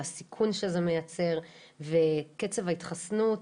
לסיכון שזה מייצר וקצב ההתחסנות,